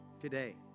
Today